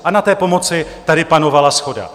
A na té pomoci tady panovala shoda.